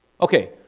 Okay